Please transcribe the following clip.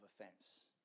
offense